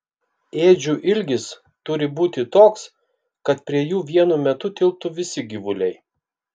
ėdžių ilgis turi būti toks kad prie jų vienu metu tilptų visi gyvuliai